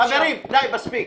חברים, די, מספיק.